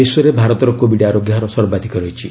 ବିଶ୍ୱରେ ଭାରତର କୋବିଡ୍ ଆରୋଗ୍ୟ ହାର ସର୍ବାଧିକ ରହିଛି